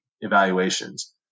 evaluations